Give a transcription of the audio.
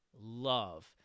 love